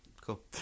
cool